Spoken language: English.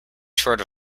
short